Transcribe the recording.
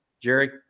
Jerry